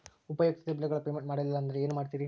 ಉಪಯುಕ್ತತೆ ಬಿಲ್ಲುಗಳ ಪೇಮೆಂಟ್ ಮಾಡಲಿಲ್ಲ ಅಂದರೆ ಏನು ಮಾಡುತ್ತೇರಿ?